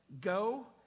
go